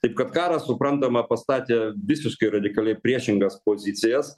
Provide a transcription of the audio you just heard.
taip kad karas suprantama pastatė visiškai radikaliai priešingas pozicijas